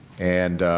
and